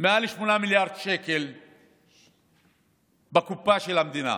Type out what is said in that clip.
מעל 8 מיליארד שקל בקופה של המדינה.